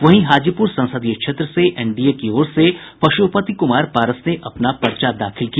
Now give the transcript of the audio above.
वहीं हाजीपूर संसदीय क्षेत्र से एनडीए की ओर से पशुपति कुमार पारस ने अपना पर्चा दाखिल किया